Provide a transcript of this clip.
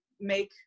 make